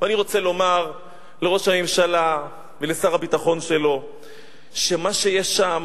ואני רוצה לומר לראש הממשלה ולשר הביטחון שלו שמה שיש שם,